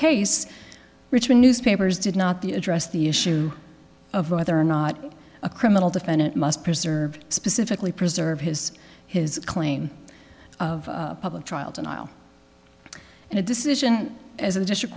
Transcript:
case richmond newspapers did not the address the issue of whether or not a criminal defendant must preserve specifically preserve his his claim of public trials and i'll in a decision as a district